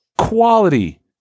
quality